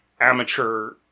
amateur